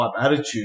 attitude